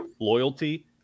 loyalty